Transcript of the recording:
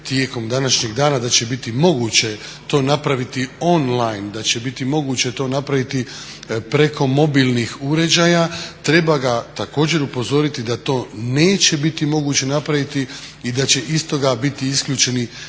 da će biti moguće to napraviti on line, da će biti moguće to napraviti preko mobilnih uređaja. Treba ga također upozoriti da to neće biti moguće napraviti i da će iz toga biti isključeni